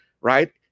right